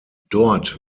dort